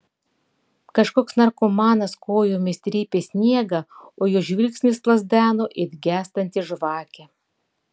kažkoks narkomanas kojomis trypė sniegą o jo žvilgsnis plazdeno it gęstanti žvakė